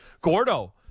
gordo